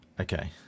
Okay